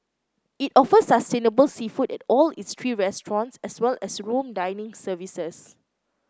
it offers sustainable seafood at all its three restaurants as well as room dining services